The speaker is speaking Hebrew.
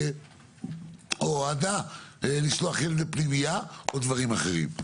או הורדה לשלוח ילד לפנימייה או דברים אחרים?